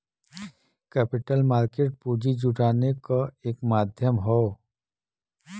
capital market पूंजी जुटाने क एक माध्यम हौ